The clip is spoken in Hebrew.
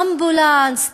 אמבולנס,